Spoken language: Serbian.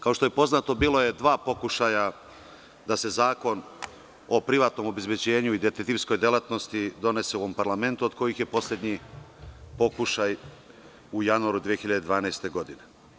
Kao što je poznato, bila su dva pokušaja da se Zakon o privatnom obezbeđenju i detektivskoj delatnosti donese u ovom parlamentu, od čega je poslednji pokušaj u januaru 2012. godine.